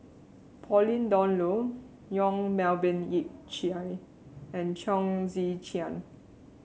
Pauline Dawn Loh Yong Melvin Yik Chye and Chong Tze Chien